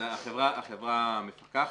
החברה המפקחת,